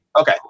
Okay